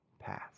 paths